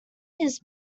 his